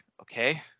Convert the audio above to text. okay